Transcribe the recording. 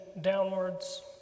downwards